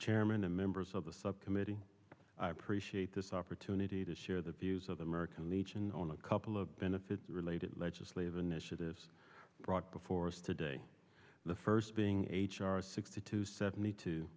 chairman and members of the subcommittee i appreciate this opportunity to share the views of the american legion on a couple of benefits related legislative initiatives brought before us today the first being h r sixty to seventy two